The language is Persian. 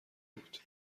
بود